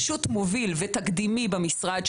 פשוט מוביל ותקדימי במשרד.